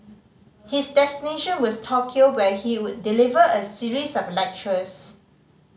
his destination was Tokyo where he would deliver a series of lectures